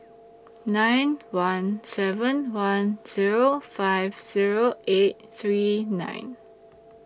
nine one seven one Zero five Zero eight three nine